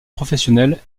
professionnel